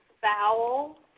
foul